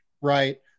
right